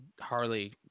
Harley